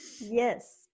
Yes